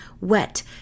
wet